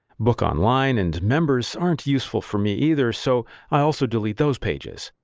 book online and members aren't useful for me either, so i also delete those pages.